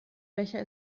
becher